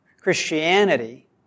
Christianity